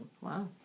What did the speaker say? Wow